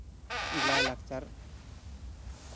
ᱞᱟᱭᱼᱞᱟᱠᱪᱟᱨ